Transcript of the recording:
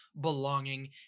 belonging